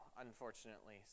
unfortunately